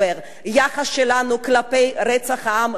היחס שלנו כלפי רצח העם לא יכול להיות